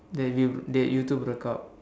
that you that you two broke up